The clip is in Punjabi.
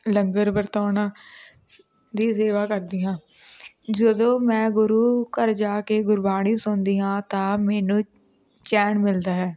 ਲੰਗਰ ਵਰਤਾਉਣਾ ਦੀ ਸੇਵਾ ਕਰਦੀ ਹਾਂ ਜਦੋਂ ਮੈਂ ਗੁਰੂ ਘਰ ਜਾ ਕੇ ਗੁਰਬਾਣੀ ਸੁਣਦੀ ਹਾਂ ਤਾਂ ਮੈਨੂੰ ਚੈਨ ਮਿਲਦਾ ਹੈ